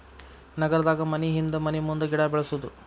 ನಗರದಾಗ ಮನಿಹಿಂದ ಮನಿಮುಂದ ಗಿಡಾ ಬೆಳ್ಸುದು